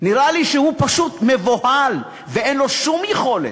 נראה לי שהוא פשוט מבוהל, ואין לו שום יכולת.